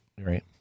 Right